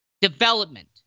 development